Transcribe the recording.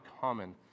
common